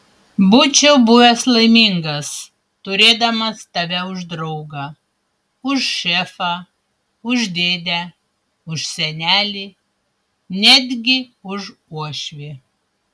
būčiau buvęs laimingas turėdamas tave už draugą už šefą už dėdę už senelį netgi už uošvį